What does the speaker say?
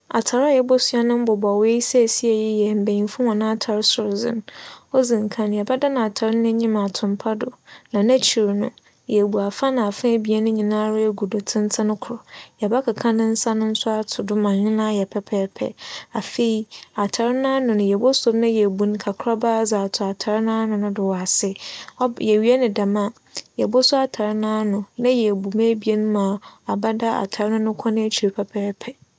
Atar a yebosua no mbobͻwee seisei yi yɛ mbanyimfo hͻn atar sordze no. odzi nkan yɛbɛdan atar no n'enyim ato mpa do na n'ekyir no yeebu afa na afa ebien no nyinara egu do tsentsen kor. Yɛbɛkeka ne nsa no nso ato do ma ͻnye no ayɛ pɛpɛɛpɛr. Afei, atar n'ano no yebosuo mu na yeebu no kakraba dze ato atar n'ano no do wͻ ase. ͻba- yewie n dɛm a yebosuo atar n'ano na yeebu mu ebien ma abɛda atar no ne kͻn ekyir pɛpɛɛpɛr.